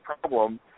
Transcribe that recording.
problem